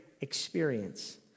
experience